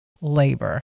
labor